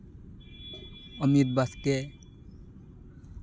ᱚᱢᱤᱛ ᱵᱟᱥᱠᱮ